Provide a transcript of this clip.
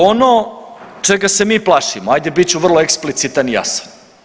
Ono čega se mi plašimo, hajde bit ću vrlo eksplicitan i jasan.